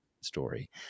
story